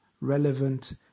relevant